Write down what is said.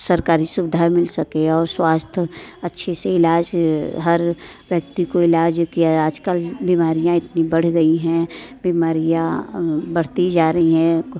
सरकारी सुविधा मिल सके और स्वास्थ्य अच्छे से इलाज हर व्यक्ति को इलाज किया है आज कल बीमारियाँ इतनी बढ़ गई हैं बीमारियाँ बढ़ती जा रही है